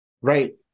Right